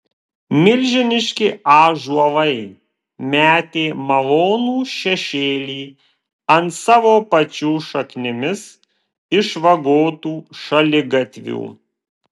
milžiniški ąžuolai metė malonų šešėlį ant savo pačių šaknimis išvagotų šaligatvių